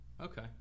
Okay